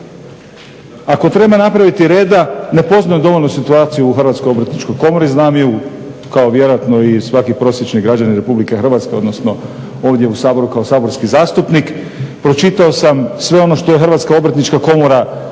Ako treba napraviti reda, ne poznajem dovoljno situaciju u Hrvatskoj obrtničkoj komori, znam ju kao vjerojatno i svaki prosječni građani Republike Hrvatske, odnosno ovdje u Saboru kao saborski zastupnik. Pročitao sam sve ono što je Hrvatska obrtnička komora napisala,